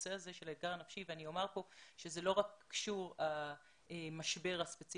הנושא הזה של האתגר הנפשי אני אומר שזה לא קשור רק למשבר הספציפי,